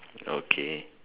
okay